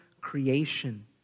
creation